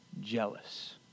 jealous